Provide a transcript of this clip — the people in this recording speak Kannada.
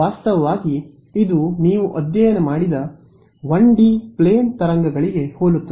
ವಾಸ್ತವವಾಗಿ ಇದು ನೀವು ಅಧ್ಯಯನ ಮಾಡಿದ 1 ಡಿ ಪ್ಲೇನ್ ತರಂಗಗಳಿಗೆ ಹೋಲುತ್ತದೆ